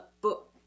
book